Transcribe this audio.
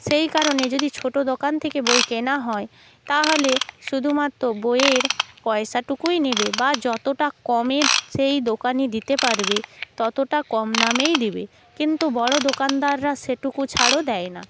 সেই কারণে যদি ছোটো দোকান থেকে বই কেনা হয় তাহালে শুধুমাত্র বইয়ের পয়সাটুকুই নেবে বা যতটা কমের সেই দোকানি দিতে পারবে ততটা কম দামেই দিবে কিন্তু বড়ো দোকানদাররা সেটুকু ছাড়ও দেয় না